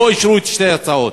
לא אישרו את שתי ההצעות.